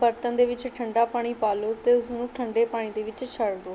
ਬਰਤਨ ਦੇ ਵਿੱਚ ਠੰਡਾ ਪਾਣੀ ਪਾ ਲਓ ਅਤੇ ਉਸ ਨੂੰ ਠੰਡੇ ਪਾਣੀ ਦੇ ਵਿੱਚ ਛੱਡ ਦਿਉ